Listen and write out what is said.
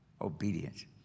obedience